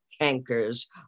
cankers